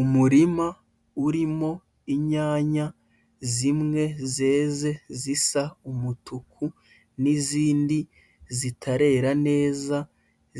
Umurima urimo inyanya, zimwe zeze zisa umutuku, n'izindi zitarera neza